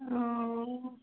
অঁ